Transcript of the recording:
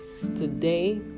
today